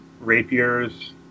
rapiers